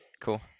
Cool